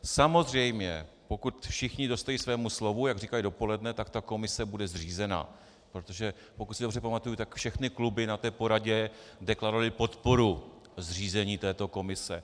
Samozřejmě pokud všichni dostojí svému slovu, jak říkali dopoledne, tak ta komise bude zřízena, protože pokud se dobře pamatuji, tak všechny kluby na té poradě deklarovaly podporu zřízení této komise.